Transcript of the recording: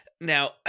Now